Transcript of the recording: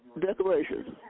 decorations